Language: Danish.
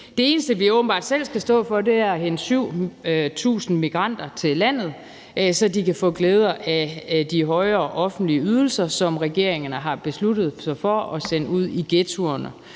Det eneste, vi åbenbart selv skal stå for, er at hente 7.000 migranter til landet, så de kan få glæde af de højere offentlige ydelser, som regeringen har besluttet sig for at sende ud i ghettoerne